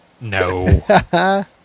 No